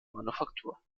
manufaktur